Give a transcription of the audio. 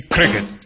Cricket